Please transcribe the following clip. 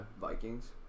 Vikings